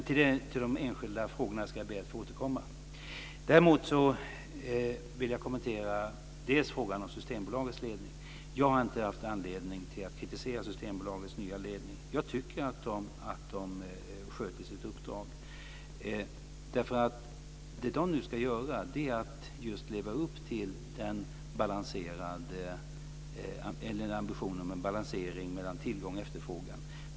Till de enskilda frågorna ska jag alltså be att få återkomma. Däremot vill jag till att börja med kommentera frågan om Systembolagets ledning. Jag har inte haft anledning att kritisera Systembolagets nya ledning. Jag tycker att den sköter sitt uppdrag. Det som den nu ska göra är att leva upp till ambitionen om en balans mellan tillgång och efterfrågan.